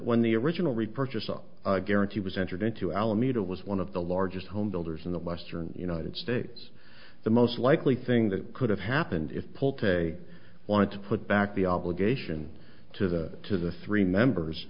when the original repurchase guarantee was entered into alameda was one of the largest homebuilders in the western united states the most likely thing that could have happened if pull today want to put back the obligation to the to the three members